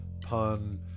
pun